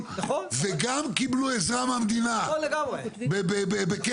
לכן דיברנו גם על אחוזי בנייה.